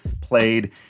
played